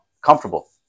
comfortable